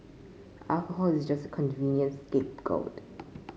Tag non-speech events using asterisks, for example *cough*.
alcohol is just a convenient scapegoat *noise*